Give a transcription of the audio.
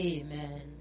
Amen